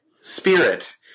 spirit